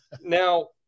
Now